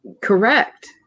correct